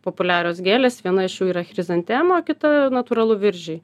populiarios gėlės viena iš jų yra chrizantema o kita natūralu viržiai